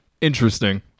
Interesting